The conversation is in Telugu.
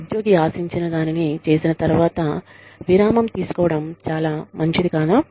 ఉద్యోగి ఆశించిన దానిని చేసిన తర్వాత విరామం తీసుకోవడం చాలా మంచిది కాదా